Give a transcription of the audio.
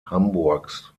hamburgs